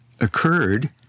occurred